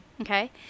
Okay